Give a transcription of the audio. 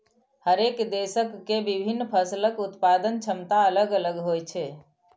हरेक देशक के विभिन्न फसलक उत्पादन क्षमता अलग अलग होइ छै